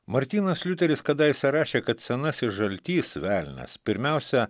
martynas liuteris kadaise rašė kad senasis žaltys velnias pirmiausia